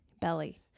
Belly